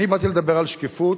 אני באתי לדבר על שקיפות,